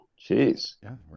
Jeez